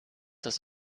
das